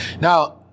Now